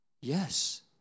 Yes